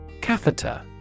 Catheter